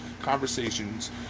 conversations